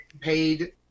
Paid